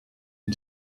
and